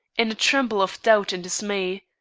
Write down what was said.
in a tremble of doubt and dismay,